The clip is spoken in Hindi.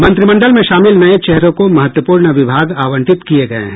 मंत्रिमंडल में शामिल नये चेहरों को महत्वपूर्ण विभाग आवंटित किये गये हैं